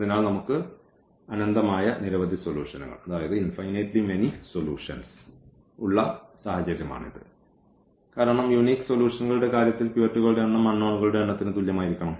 അതിനാൽ നമുക്ക് അനന്തമായ നിരവധി സൊലൂഷൻകൾ ഉള്ള സാഹചര്യമാണിത് കാരണം യൂനിക് സൊലൂഷൻകളുടെ കാര്യത്തിൽ പിവറ്റുകളുടെ എണ്ണം അൺനോണുകളുടെ എണ്ണത്തിന് തുല്യമായിരിക്കും